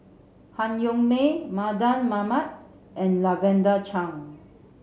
Han Yong May Mardan Mamat and Lavender Chang